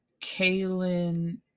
Kaylin